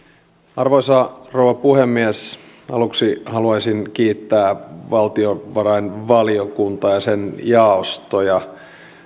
arvoisa rouva puhemies aluksi haluaisin kiittää valtiovarainvaliokuntaa ja sen jaostoja